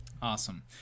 Awesome